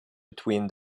between